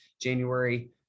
January